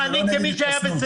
כמי שהיה בסגר,